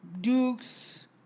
Dukes